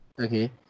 Okay